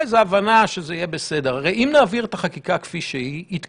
שזו התקופה שאדם צריך להיות בבידוד.